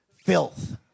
filth